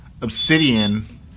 Obsidian